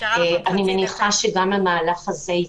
גם מירי נבון,